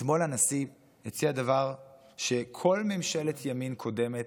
אתמול הנשיא הציע דבר שכל ממשלת ימין קודמת